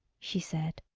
she said.